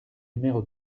numéro